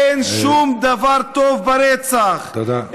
אין שום דבר טוב ברצח, תודה.